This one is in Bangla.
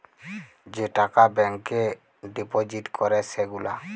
যে টাকা ব্যাংকে ডিপজিট ক্যরে সে গুলা